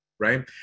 Right